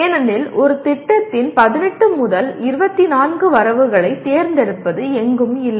ஏனெனில் ஒரு திட்டத்தின் 18 முதல் 24 வரவுகளைத் தேர்ந்தெடுப்பது எங்கும் இல்லை